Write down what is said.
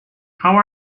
how